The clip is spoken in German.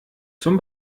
zum